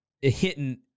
hitting